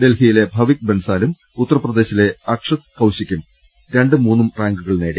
ഡൽഹിയിലെ ഭവിക് ബൻസാലും ഉത്തർപ്രദേശിലെ അക്ഷത് കൌശികും രണ്ടും മൂന്നും റാങ്കുകൾ നേടി